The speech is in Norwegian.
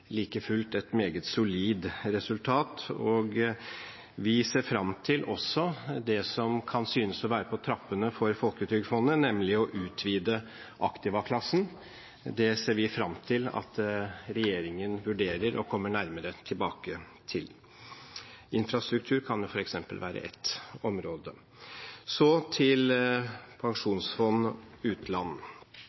like fullt et meget solid resultat. Vi ser fram til det som kan synes å være på trappene for Folketrygdfondet, nemlig å utvide aktivaklassen. Det ser vi fram til at regjeringen vurderer og kommer nærmere tilbake til. Infrastruktur kan f.eks. være et område. Så til Statens pensjonsfond utland: